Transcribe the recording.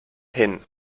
hin